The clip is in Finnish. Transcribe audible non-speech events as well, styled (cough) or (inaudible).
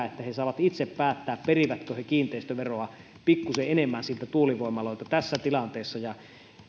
(unintelligible) että ne saavat itse päättää perivätkö ne kiinteistöveroa pikkuisen enemmän tuulivoimaloilta tässä tilanteessa